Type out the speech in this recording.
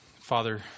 Father